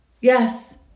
Yes